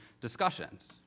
discussions